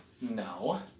no